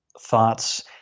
thoughts